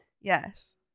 Yes